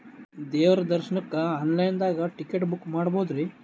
ದೇವ್ರ ದರ್ಶನಕ್ಕ online ದಾಗ ಟಿಕೆಟ ಬುಕ್ಕ ಮಾಡ್ಬೊದ್ರಿ?